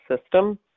system